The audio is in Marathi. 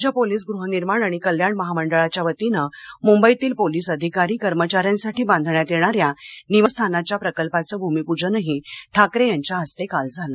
राज्य पोलीस गृहनिर्माण आणि कल्याण महामंडळाच्या वतीनं मुंबईतील पोलीस अधिकारी कर्मचाऱ्यांसाठी बांधण्यात येणाऱ्या निवासस्थानाच्या प्रकल्पाचं भूमिपूजनही ठाकरे यांच्या हस्ते काल झालं